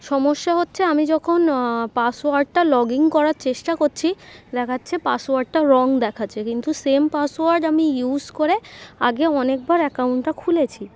সমস্যা হচ্ছে আমি যখন পাসওয়ার্ডটা লগ ইন করার চেষ্টা করছি দেখাচ্ছে পাসওয়ার্ডটা রং দেখাচ্ছে কিন্তু সেম পাসওয়ার্ড আমি ইউজ করে আগে অনেকবার অ্যাকাউন্টটা খুলেছি